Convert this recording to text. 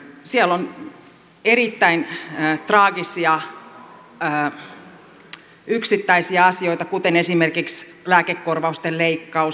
siellä on erittäin traagisia yksittäisiä asioita kuten esimerkiksi lääkekorvausten leikkaus